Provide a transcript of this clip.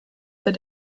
that